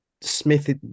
Smith